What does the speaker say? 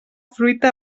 fruita